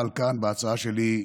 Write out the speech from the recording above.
אבל כאן, בהצעה שלי,